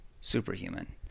superhuman